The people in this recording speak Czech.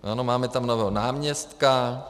Ano, máme tam nového náměstka.